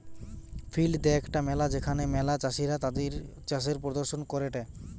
field day একটা মেলা যেখানে ম্যালা চাষীরা তাদির চাষের প্রদর্শন করেটে